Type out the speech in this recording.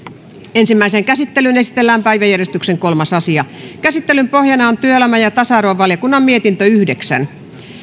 ensimmäiseen käsittelyyn esitellään päiväjärjestyksen kolmas asia käsittelyn pohjana on työelämä ja tasa arvovaliokunnan mietintö yhdeksän